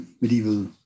medieval